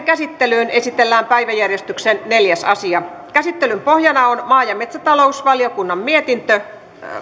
käsittelyyn esitellään päiväjärjestyksen neljäs asia käsittelyn pohjana on maa ja metsätalousvaliokunnan mietintö